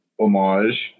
homage